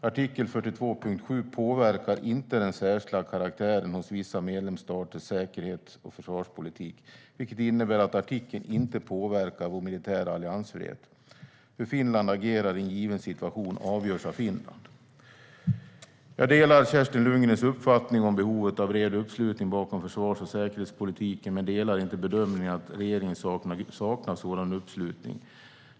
Artikel 42.7 påverkar "inte den särskilda karaktären hos vissa medlemsstaters säkerhets och försvarspolitik", vilket innebär att artikeln inte påverkar vår militära alliansfrihet. Hur Finland agerar i en given situation avgörs av Finland. Jag delar Kerstin Lundgrens uppfattning om behovet av bred uppslutning bakom försvars och säkerhetspolitiken men delar inte bedömningen att regeringen saknar sådan uppslutning.